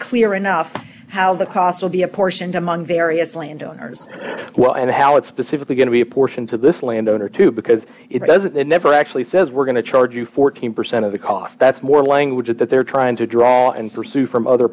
clear enough how the costs will be apportioned among various landowners well and how it's specifically going to be apportioned to this landowner too because it doesn't they never actually says we're going to charge you fourteen percent of the cost that's more language that they're trying to draw and pursue from other